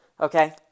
Okay